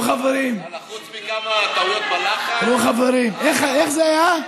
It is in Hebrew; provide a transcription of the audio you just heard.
חוץ מכמה טעויות בלחן, תראו, חברים, איך זה היה?